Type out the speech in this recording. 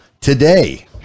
today